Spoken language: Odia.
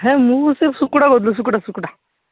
ହେ ମୁଁ ସେହି ସୁକୁଟା କହୁଥିଲି ସୁକୁଟା ସୁକୁଟା